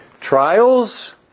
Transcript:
Trials